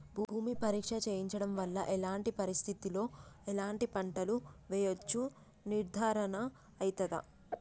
భూమి పరీక్ష చేయించడం వల్ల ఎలాంటి పరిస్థితిలో ఎలాంటి పంటలు వేయచ్చో నిర్ధారణ అయితదా?